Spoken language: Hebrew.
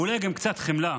ואולי גם קצת חמלה.